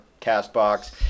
CastBox